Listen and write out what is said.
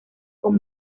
con